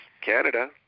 Canada